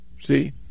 see